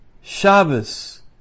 Shabbos